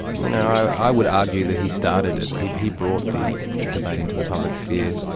you know, i would argue that he started it. he he brought the debate into the public sphere,